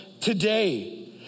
today